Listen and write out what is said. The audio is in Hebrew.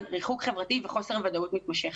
ריחוק חברתי וחוסר וודאות מתמשך.